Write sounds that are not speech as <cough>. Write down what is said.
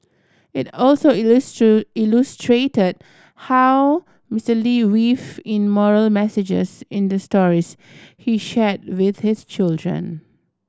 it also <unintelligible> illustrated how Mister Lee weaved in moral messages in the stories he shared with his children